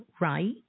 right